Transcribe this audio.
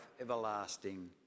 everlasting